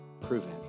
proven